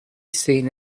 seen